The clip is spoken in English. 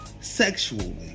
sexually